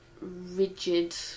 rigid